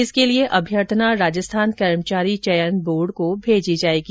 इसके लिए अभ्यर्थना राजस्थान कर्मचारी चयन बोर्ड को भेजी जाएगी